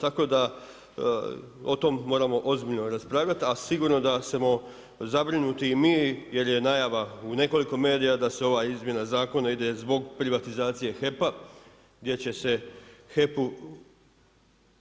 Tako da o tom moramo ozbiljno raspravljati a sigurno da smo zabrinuti i mi jer je najava u nekoliko medija da se ova izmjena zakona ide zbog privatizacije HEP-a gdje će se HEP-u